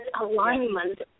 alignment